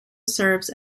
serves